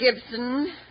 Gibson